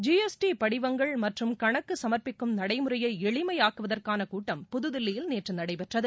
G S T படிவங்கள் மற்றும் கணக்கு சமர்ப்பிக்கும் நடைமுறையை எளிமையாக்குவதற்கான கூட்டம் புதுதில்லியில் நேற்று நடைபெற்றது